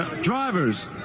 drivers